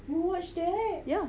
ya